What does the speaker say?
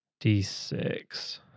D6